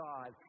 God